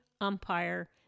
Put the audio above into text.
umpire